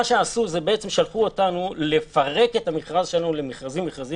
בעצם שלחו אותנו לפרק את המכרז שלנו למכרזים מכרזים.